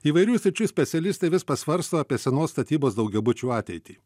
įvairių sričių specialistai vis pasvarsto apie senos statybos daugiabučių ateitį